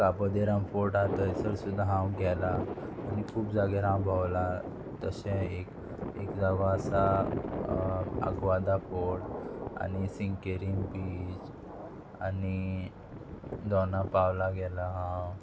Cabo de Rama fort आहा थंयसर सुद्दां हांव गेलां आनी खूब जाग्यार हांव भोंवलां तशें एक एक जागो आसा आग्वादा फोर्ट आनी सिंकेरीम बीच आनी दोना पावला गेला हांव